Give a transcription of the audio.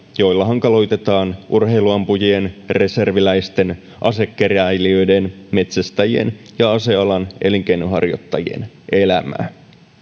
joilla hankaloitetaan urheiluampujien reserviläisten asekeräilijöiden metsästäjien ja ase alan elinkeinonharjoittajien elämää